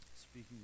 speaking